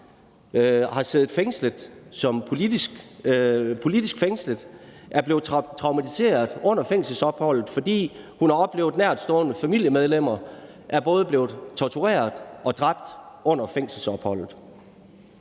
har siddet politisk fængslet og er blevet traumatiseret under fængselsopholdet, fordi hun har oplevet, at nærtstående familiemedlemmer både er blevet tortureret og dræbt under fængselsopholdet.